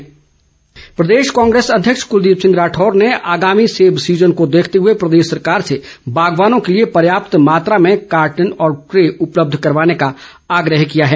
कुलदीप राठौर प्रदेश कांग्रेस अध्यक्ष कुलदीप राठौर ने आगामी सेब सीजन को देखते हुए प्रदेश सरकार से बागवानों के लिए पर्याप्त मात्रा में कार्टन ँऔर ट्रे उपलब्ध करवाने का आग्रह किया है